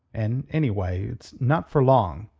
and, anyway, it's not for long,